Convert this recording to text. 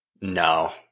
no